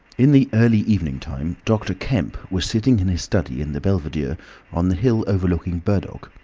in the early evening time dr. kemp was sitting in his study in the belvedere on the hill overlooking burdock.